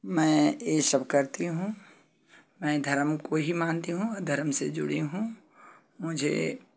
मैं ये सब करती हूँ मैं धर्म को ही मानती हूँ और धर्म से जुड़ी हूँ मुझे